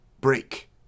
break